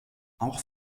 auch